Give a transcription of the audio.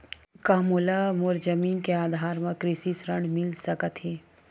का मोला मोर जमीन के आधार म कृषि ऋण मिल सकत हे?